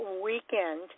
weekend